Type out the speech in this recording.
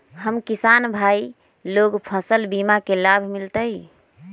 हम किसान भाई लोग फसल बीमा के लाभ मिलतई?